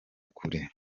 kure